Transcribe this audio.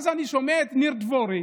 אז אני שומע את ניר דבורי